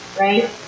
right